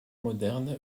moderne